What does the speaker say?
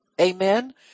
Amen